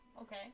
Okay